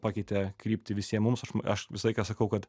pakeitė kryptį visiem mums aš visą laiką sakau kad